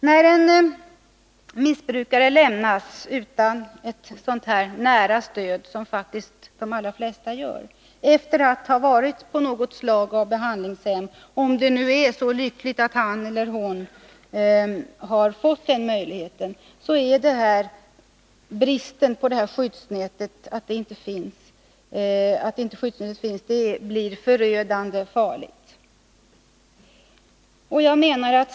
När en missbrukare lämnas utan ett sådant nära stöd, vilket de flesta gör, efter att ha varit på något slag av behandlingshem — om det nu är så lyckligt att han eller hon fått den möjligheten — är det förödande farligt.